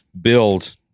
build